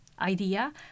idea